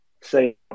say